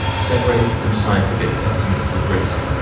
separated from scientific estimates of risk.